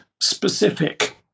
specific